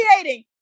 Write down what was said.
creating